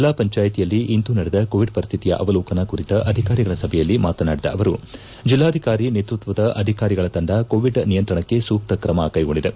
ಜಿಲ್ಲಾ ಪಂಚಾಯಿತಿಯಲ್ಲಿ ಇಂದು ನಡೆದ ಕೋವಿಡ್ ಪರಿಶ್ಠಿತಿಯ ಅವಲೋಕನ ಕುರಿತ ಅಧಿಕಾರಿಗಳ ಸಭೆಯಲ್ಲಿ ಮಾತನಾಡಿದ ಅವರು ಜಿಲ್ಲಾಧಿಕಾರಿ ನೇತೃತ್ವದ ಅಧಿಕಾರಿಗಳ ತಂಡ ಕೋವಿಡ್ ನಿಯಂತ್ರಣಕ್ಕೆ ಸೂಕ್ತ ಕ್ರಮ ಕೈಗೊಂಡಿದೆ